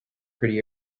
pretty